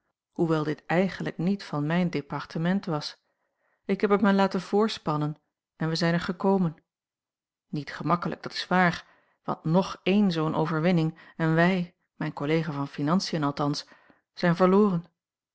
hoewel dit eigenlijk niet van mijn depara l g bosboom-toussaint langs een omweg tement was ik heb er mij laten voorspannen en wij zijn er gekomen niet gemakkelijk dat is waar want ng één zoo'n overwinning en wij mijn collega van financiën althans zijn verloren